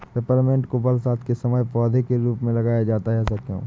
Peppermint को बरसात के समय पौधे के रूप में लगाया जाता है ऐसा क्यो?